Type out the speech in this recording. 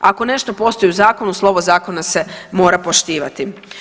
Ako nešto postoji u zakonu slovo zakona se mora poštivati.